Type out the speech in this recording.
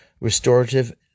restorative